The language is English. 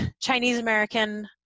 Chinese-American